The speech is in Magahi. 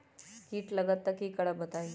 कीट लगत त क करब बताई?